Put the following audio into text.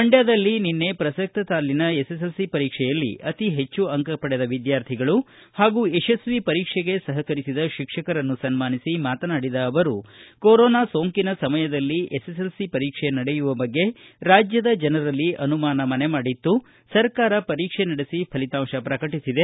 ಮಂಡ್ಲದಲ್ಲಿ ನಿನ್ನೆ ಪ್ರಸಕ್ತ ಸಾಲಿನ ಎಸ್ಎಸ್ಎಲ್ಸಿ ಪರೀಕ್ಷೆಯಲ್ಲಿ ಅತಿಹೆಚ್ಚು ಅಂಕ ಪಡೆದ ವಿದ್ನಾರ್ಥಿಗಳು ಹಾಗೂ ಯಶಸ್ವಿ ಪರೀಕ್ಷೆಗೆ ಸಹಕರಿಸಿದ ಶಿಕ್ಷಕರನ್ನು ಸನ್ಮಾನಿಸಿ ಮಾತನಾಡಿದ ಅವರು ಕೊರೋನಾ ಸೋಂಕಿನ ಸಮಯದಲ್ಲಿ ಎಸ್ಎಸ್ಎಲ್ಸಿ ಪರೀಕ್ಷೆ ನಡೆಯುವ ಬಗ್ಗೆ ರಾಜ್ಯದ ಜನರಲ್ಲಿ ಅನುಮಾನ ಮನೆಮಾಡಿತ್ತು ಸರ್ಕಾರ ಪರೀಕ್ಷೆ ನಡೆಸಿ ಫಲಿತಾಂಶ ಪ್ರಕಟಿಸಿದೆ